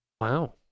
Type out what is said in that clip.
Wow